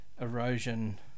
erosion